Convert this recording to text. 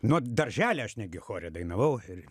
nuo darželio aš netgi chore dainavau ir